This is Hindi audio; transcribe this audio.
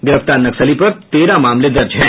गिरफ्तार नक्सली पर तेरह मामले दर्ज हैं